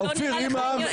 אופיר,